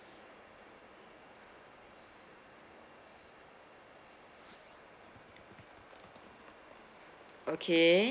okay